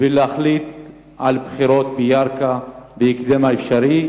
ולהחליט על בחירות בירכא בהקדם האפשרי.